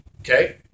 Okay